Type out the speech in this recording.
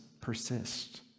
persist